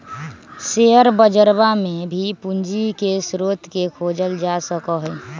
share बजरवा में भी पूंजी के स्रोत के खोजल जा सका हई